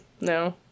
No